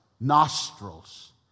Nostrils